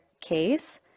case